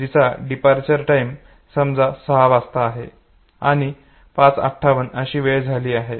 जिचा departure time समजा 6 वाजता आहे आणि 558 अशी वेळ झाली आहे